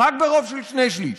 רק ברוב של שני שלישים.